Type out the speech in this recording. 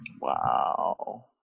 Wow